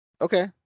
okay